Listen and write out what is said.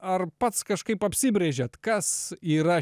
ar pats kažkaip apsibrėžėt kas yra